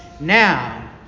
Now